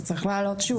זה צריך לעלות שוב.